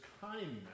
kindness